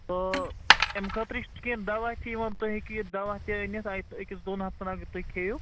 اَمہِ خٲطرٕ چھِ کیٚنٛہہ دَوا تہِ یِوان تُہۍ ہیٚکِو یہِ دَوا تہِ أنِتھ اَتہِ أکِس دۄن ہفتن اگر تُہۍ کھیٚیِو